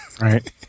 Right